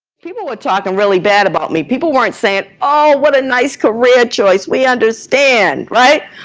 people were talking really bad about me. people weren't saying, oh, what a nice career choice. we understand. right?